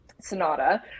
sonata